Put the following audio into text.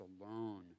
alone